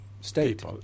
state